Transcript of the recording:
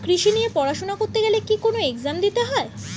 কৃষি নিয়ে পড়াশোনা করতে গেলে কি কোন এগজাম দিতে হয়?